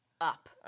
up